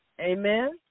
Amen